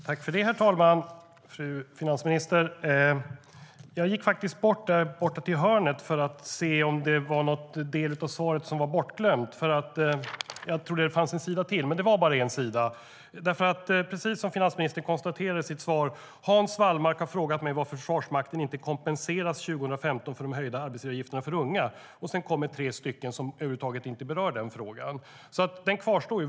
Herr talman! Fru finansminister! Jag gick faktiskt fram till podiet för att se om det var någon del av svaret som var borttappad. Jag trodde att det fanns en sida till, men det fanns bara en sida. Finansministern konstaterade i sitt svar: "Hans Wallmark har frågat mig varför Försvarsmakten inte kompenseras 2015 för de höjda arbetsgivaravgifterna för unga." Sedan följer tre stycken som över huvud taget inte berör den frågan, så den kvarstår.